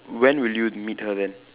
when will you meet her then